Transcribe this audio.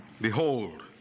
Behold